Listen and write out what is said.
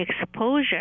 exposure